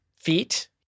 feet